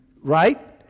Right